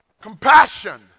Compassion